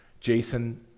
Jason